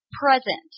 present